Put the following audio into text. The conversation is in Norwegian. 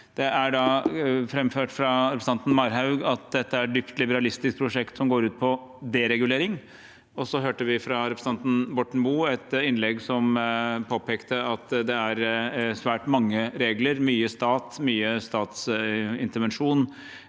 Det er framført fra representanten Marhaug at dette er et dypt liberalistisk prosjekt som går ut på deregulering. Vi hørte fra representanten Borten Moe et innlegg som påpekte at det er svært mange regler, mye stat, mye statsintervensjon